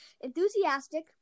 Enthusiastic